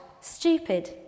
stupid